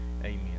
Amen